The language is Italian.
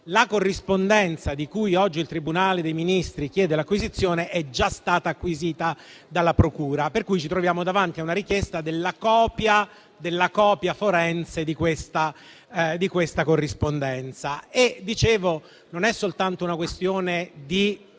la corrispondenza - di cui oggi il Tribunale dei Ministri chiede l'acquisizione - è già stata acquisita dalla Procura, per cui ci troviamo davanti a una richiesta della copia della copia forense di questa corrispondenza. Come dicevo, non è soltanto una questione di